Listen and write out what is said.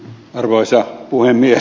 arvoisa puhemies